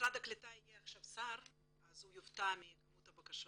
שלמשרד הקליטה יהיה עכשיו שר הוא יופתע מכמות הבקשות.